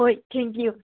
ꯍꯣꯏ thank U